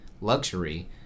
luxury